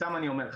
סתם אני אומר,